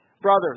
brothers